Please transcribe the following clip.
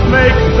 make